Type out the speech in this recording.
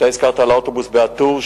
את האוטובוס בא-טור,